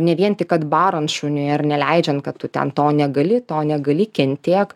ne vien tik kad barant šuniui ar neleidžiant kad tu ten to negali to negali kentėk